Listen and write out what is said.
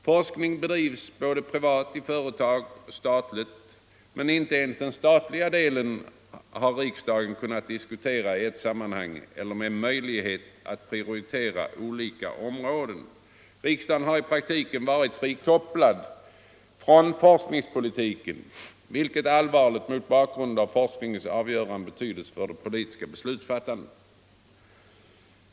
Forskning bedrivs både privat i företagen och statligt. Men inte ens den statliga delen har riksdagen kunnat diskutera i ett sammanhang eller med möjlighet att prioritera olika områden. Riksdagen har i praktiken varit frikopplad från forskningspolitiken, vilket är allvarligt mot bakgrund av forskningens avgörande betydelse för det politiska beslutsfattandet.